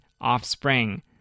offspring